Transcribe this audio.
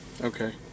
Okay